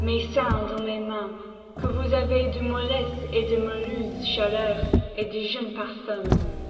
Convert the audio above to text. mes seins dans mes mains que vous avez de mollesses et de moelleuses chaleurs et de jeunes